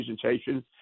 presentation